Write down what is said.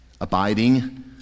abiding